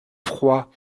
froid